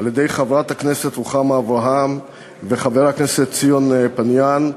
על-ידי חברת הכנסת רוחמה אברהם וחבר הכנסת ציון פיניאן.